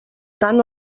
tant